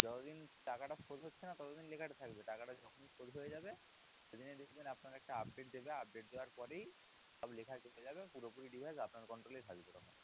যতদিন টাকাটা শোধ হচ্ছে না ততদিন লেখাটা থাকবে টাকাটা যখনই শোধ হয়ে যাবে সেদিনই দেখবেন আপনার একটা আপডেট দেবে আপডেট দেওয়ার পরই সব লেখা চলে যাবে পুরোপুরি ডিভাইস আপনার কন্ট্রোলেই থাকবে তখন